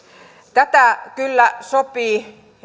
tätä kyllä sopii